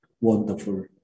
wonderful